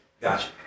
Gotcha